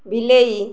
ବିଲେଇ